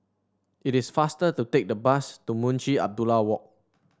it is faster to take the bus to Munshi Abdullah Walk